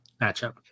matchup